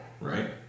right